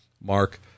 Mark